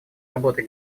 работы